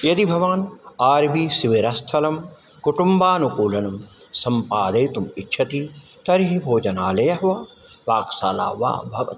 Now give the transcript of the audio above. यदि भवान् R V शिबिरस्थलं कुटुम्बानुकूलं सम्पादयितुम् इच्छति तर्हि भोजनालयः वा पाकशाला वा भवतु